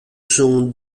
son